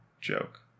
joke